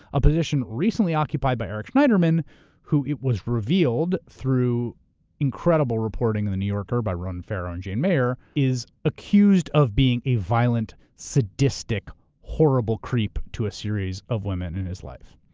a position recently occupied by eric schneiderman who it was revealed through incredible reporting in the new yorker by ronan farrow and jane meyer is accused of being a violent, sadistic, horrible creep to a series of women in his life.